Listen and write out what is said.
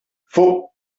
faulx